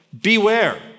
Beware